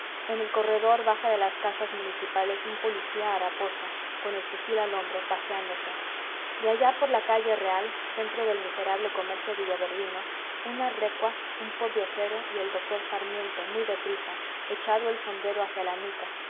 en el corredor baja de las casas municipales un policía haraposo con el fusil al hombro paseándose y allá por la calle real centro del miserable comercio villaverdino una recua un pordiosero y el doctor sarmiento muy de prisa echado el sombrero hacia la nuca